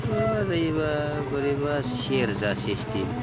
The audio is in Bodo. बोरैबा जायोब्ला बोरैबा सेरजा सिसटेम